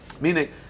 meaning